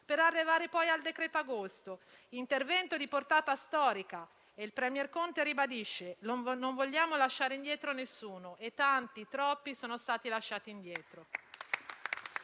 Per arrivare, poi, al decreto agosto. Intervento di portata storica e il *premier* Conte che ribadisce: non vogliamo lasciare indietro nessuno. E tanti, troppi, sono stati lasciati indietro.